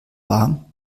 warm